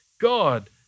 God